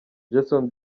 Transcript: jason